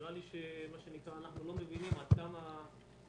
נראה לי שאנחנו לא מבינים עד כמה הסיפור